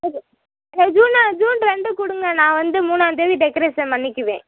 okay இல்லை ஜூன்னால் June ரெண்டு கொடுங்க நான் வந்து மூணாம்தேதி டெக்கரேஷன் பண்ணிக்கிவேன்